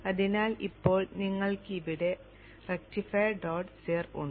അതിനാൽ ഇപ്പോൾ നിങ്ങൾക്ക് ഇവിടെ റക്റ്റിഫയർ dot cir ഉണ്ട്